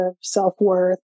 self-worth